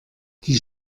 die